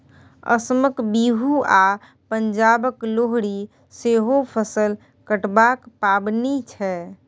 असमक बिहू आ पंजाबक लोहरी सेहो फसल कटबाक पाबनि छै